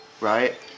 right